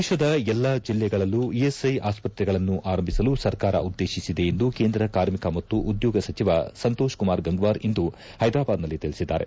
ದೇಶದ ಎಲ್ಲಾ ಜಿಲ್ಲೆಗಳಲ್ಲೂ ಇಎಸ್ಐ ಆಸ್ಪತ್ರೆಗಳನ್ನು ಆರಂಭಿಸಲು ಸರ್ಕಾರ ಉದ್ದೇಶಿಸಿದೆ ಎಂದು ಕೇಂದ್ರ ಕಾರ್ಮಿಕ ಮತ್ತು ಉದ್ಯೋಗ ಸಚಿವ ಸಂತೋಷ್ ಕುಮಾರ್ ಗಂಗ್ವಾರ್ ಇಂದು ಹೈದರಾಬಾದ್ನಲ್ಲಿ ತಿಳಿಸಿದ್ದಾರೆ